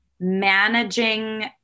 managing